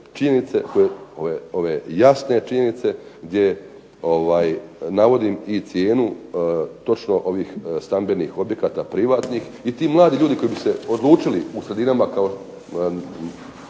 činjenice, ove jasne činjenice gdje navodim i cijenu točno ovih stambenih objekata privatnih i ti mladi ljudi koji bi se odlučili u sredinama